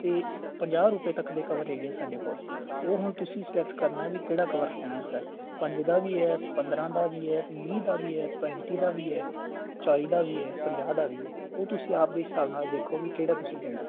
ਅਤੇ ਪੰਜਾਹ ਰੁਪਏ ਤੱਕ ਦੇ ਕਵਰ ਹੈਗੇ ਆ ਸਾਡੇ ਕੋਲ ਉਹ ਹੁਣ ਤੁਸੀਂ ਸਿਲੇਕਟ ਕਰਨਾ ਵੀ ਕਿਹੜਾ ਕਵਰ ਲੈਣਾ ਸਰ ਪੰਜ ਦਾ ਵੀ ਹੈ ਪੰਦਰਾਂ ਦਾ ਵੀ ਹੈ ਵੀਹ ਦਾ ਵੀ ਹੈ ਪੈਂਤੀ ਦਾ ਵੀ ਹੈ ਚਾਲੀ ਦਾ ਵੀ ਹੈ ਪੰਜਾਹ ਦਾ ਵੀ ਹੈ ਉਹ ਤੁਸੀਂ ਆਪਣੇ ਹਿਸਾਬ ਨਾਲ ਵੇਖੋ ਵੀ ਕਿਹੜਾ ਤੁਸੀਂ ਲੈਣਾ